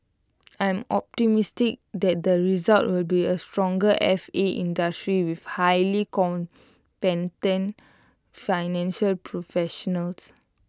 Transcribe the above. I'm optimistic that the result will be A stronger F A industry with highly financial professionals